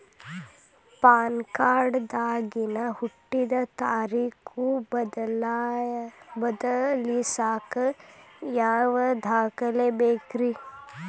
PAN card ದಾಗಿನ ಹುಟ್ಟಿದ ತಾರೇಖು ಬದಲಿಸಾಕ್ ಯಾವ ದಾಖಲೆ ಬೇಕ್ರಿ?